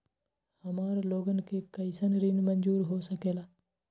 हमार लोगन के कइसन ऋण मंजूर हो सकेला?